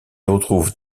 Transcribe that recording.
retrouve